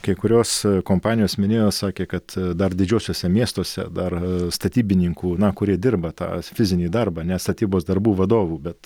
kai kurios kompanijos minėjo sakė kad dar didžiuosiuose miestuose dar statybininkų na kurie dirba tą fizinį darbą ne statybos darbų vadovų bet